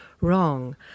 wrong